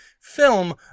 film